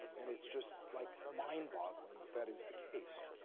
and it's just like mind boggling that that is the case.